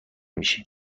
میشی